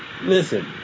Listen